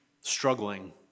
struggling